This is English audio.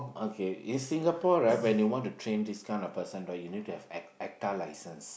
okay in Singapore right when you want to train this kind of person right you need to have act A_C_T_A license